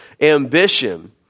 ambition